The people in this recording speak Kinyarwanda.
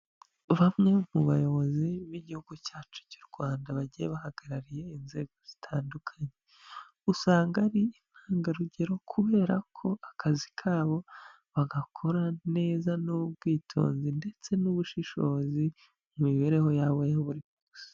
Bamwe mu bayobozi b'igihugu cyacu cy'u Rwanda bagiye bahagarariye inzego zitandukanye, usanga ari intangarugero kubera ko akazi kabo bagakora neza n'ubwitonzi ndetse n'ubushishozi mu mibereho yabo ya buri munsi.